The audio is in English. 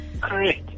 correct